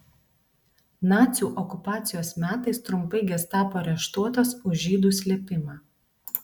nacių okupacijos metais trumpai gestapo areštuotas už žydų slėpimą